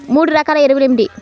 మూడు రకాల ఎరువులు ఏమిటి?